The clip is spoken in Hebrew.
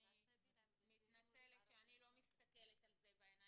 אני מתנצלת על כך שאני לא מסתכלת על זה בעיניים